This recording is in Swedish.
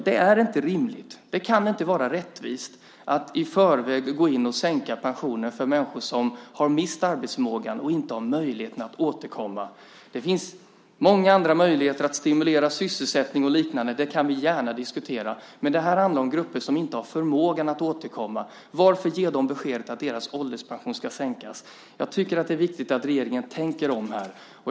Det är inte rimligt och kan inte vara rättvist att i förväg gå in och sänka pensionen för människor som mist arbetsförmågan och som inte har möjlighet att återkomma i arbete. Det finns många andra möjligheter att stimulera sysselsättning och liknande - det kan vi gärna diskutera - men här handlar det om grupper som inte har förmåga att återkomma i arbete. Varför då ge dem beskedet att deras ålderspension ska sänkas? Jag tycker att det är viktigt att regeringen tänker om här.